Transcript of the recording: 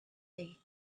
day